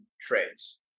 trades